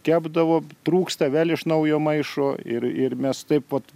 kepdavo trūksta vėl iš naujo maišo ir ir mes taip vot